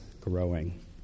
growing